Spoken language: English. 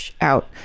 out